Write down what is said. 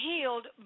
healed